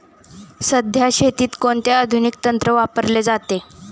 सध्या शेतीत कोणते आधुनिक तंत्र वापरले जाते?